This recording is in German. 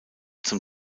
zum